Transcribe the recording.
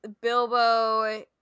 Bilbo